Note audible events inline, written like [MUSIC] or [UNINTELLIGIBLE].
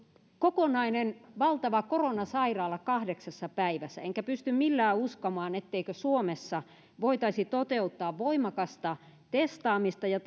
kokonainen valtava koronasairaala kahdeksassa päivässä enkä pysty millään uskomaan etteikö suomessa voitaisi toteuttaa voimakasta testaamista ja [UNINTELLIGIBLE]